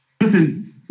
listen